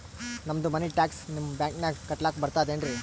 ನಮ್ದು ಮನಿ ಟ್ಯಾಕ್ಸ ನಿಮ್ಮ ಬ್ಯಾಂಕಿನಾಗ ಕಟ್ಲಾಕ ಬರ್ತದೇನ್ರಿ?